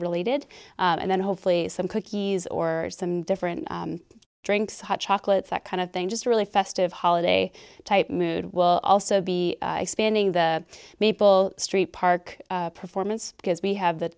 related and then hopefully some cookies or some different drinks hot chocolate fact kind of thing just really festive holiday type mood will also be expanding the maple street park performance because we have th